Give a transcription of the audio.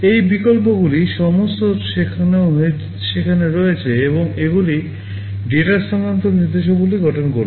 এই বিকল্পগুলি সমস্ত সেখানে রয়েছে এবং এগুলি ডেটা স্থানান্তর নির্দেশাবলী গঠন করবে